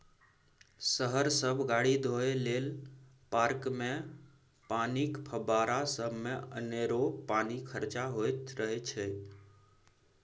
शहर सब गाड़ी धोए लेल, पार्कमे पानिक फब्बारा सबमे अनेरो पानि खरचा होइत रहय छै